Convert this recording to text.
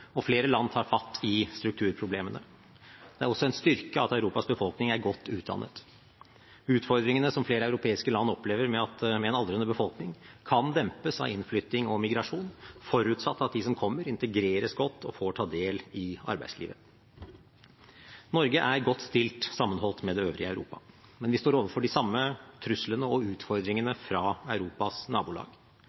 og flere land tar fatt i strukturproblemene. Det er også en styrke at Europas befolkning er godt utdannet. Utfordringene som flere europeiske land opplever ved en aldrende befolkning, kan dempes av innflytting og migrasjon, forutsatt at de som kommer, integreres godt og får ta del i arbeidslivet. Norge er godt stilt sammenholdt med det øvrige Europa, men vi står overfor de samme truslene og utfordringene fra Europas nabolag.